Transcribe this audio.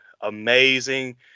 Amazing